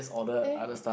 eh